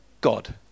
God